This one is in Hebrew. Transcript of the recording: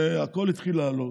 והכול התחיל לעלות,